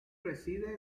reside